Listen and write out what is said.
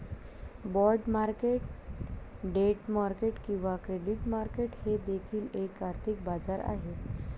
bond market debt market किंवा credit market हे देखील एक आर्थिक बाजार आहे